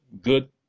good